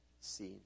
seen